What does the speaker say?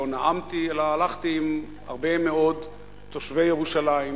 לא נאמתי אלא הלכתי עם הרבה מאוד תושבי ירושלים,